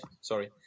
sorry